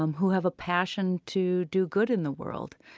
um who have a passion to do good in the world.